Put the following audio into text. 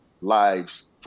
lives